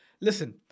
Listen